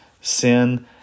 sin